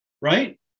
right